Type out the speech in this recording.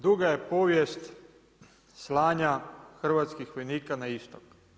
Duga je povijest slanja hrvatskih vojnika na istok.